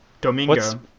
Domingo